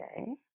Okay